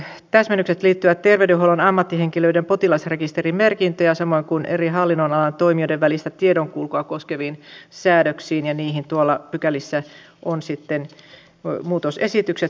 täsmennykset liittyvät terveydenhuollon ammattihenkilöiden potilasrekisterimerkintöjä samoin kuin eri hallinnonalan toimijoiden välistä tiedonkulkua koskeviin säädöksiin ja niihin tuolla pykälissä on sitten muutosesitykset